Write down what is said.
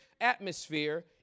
atmosphere